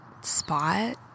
spot